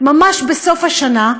ממש בסוף השנה,